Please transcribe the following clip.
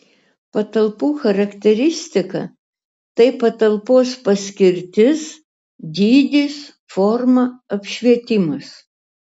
patalpų charakteristika tai patalpos paskirtis dydis forma apšvietimas